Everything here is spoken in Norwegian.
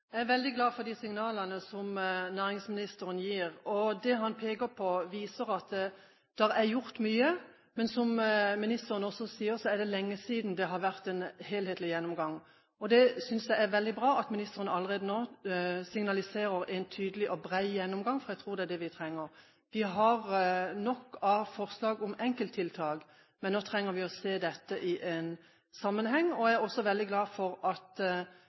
veldig glad for de signalene som næringsministeren gir. Det han peker på, viser at det er gjort mye, men som ministeren også sier, er det lenge siden det har vært en helhetlig gjennomgang. Jeg synes det er veldig bra at ministeren allerede nå signaliserer en tydelig og bred gjennomgang, for jeg tror det er det vi trenger. Vi har nok av forslag om enkelttiltak, men nå trenger vi å se dette i sammenheng. Jeg er også veldig glad for at